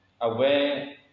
aware